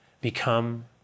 become